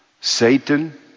satan